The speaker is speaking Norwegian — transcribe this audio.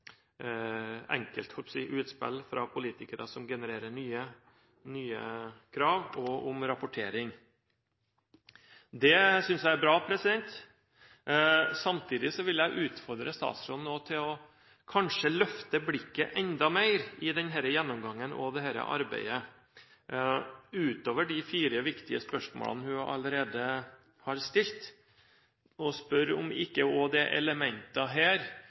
utspill fra politikere – som genererer nye krav – og rapportering. Det synes jeg er bra. Samtidig vil jeg utfordre statsråden til kanskje å løfte blikket enda mer i denne gjennomgangen og i dette arbeidet – utover de fire viktige spørsmålene hun allerede har stilt – og spørre om det ikke er elementer her i den styringslogikken og